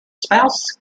spouse